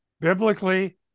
biblically